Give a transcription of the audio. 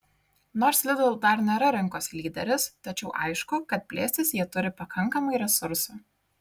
nors lidl dar nėra rinkos lyderis tačiau aišku kad plėstis jie turi pakankamai resursų